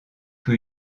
que